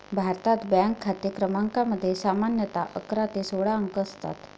भारतात, बँक खाते क्रमांकामध्ये सामान्यतः अकरा ते सोळा अंक असतात